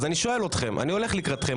אני הולך לקראתכם,